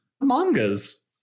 Mangas